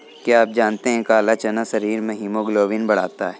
क्या आप जानते है काला चना शरीर में हीमोग्लोबिन बढ़ाता है?